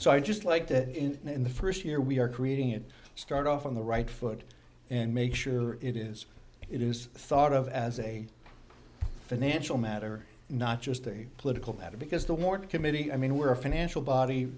so i just like that in the first year we are creating it start off on the right foot and make sure it is it is thought of as a financial matter not just a political matter because the more the committee i mean we're a financial body